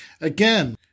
Again